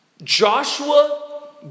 Joshua